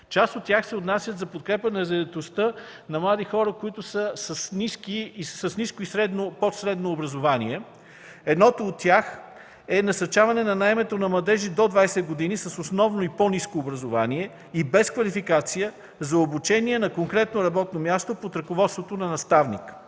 Част от тях се отнасят за подкрепа на заетостта на млади хора, които са с ниско, средно и под средно образование. Едното от тях е насърчаване на наемането на младежи до 20 години с основно и по-ниско образование и без квалификация за обучение на конкретно работно място под ръководството на наставник.